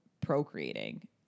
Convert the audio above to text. procreating